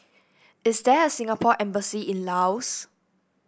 is there a Singapore Embassy in Laos